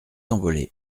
envolé